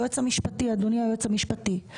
אדוני היועץ המשפטי.